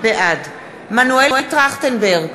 בעד מנואל טרכטנברג,